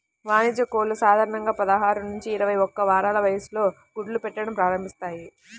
వాణిజ్య కోళ్లు సాధారణంగా పదహారు నుంచి ఇరవై ఒక్క వారాల వయస్సులో గుడ్లు పెట్టడం ప్రారంభిస్తాయి